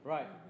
Right